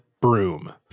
broom